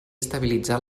estabilitzar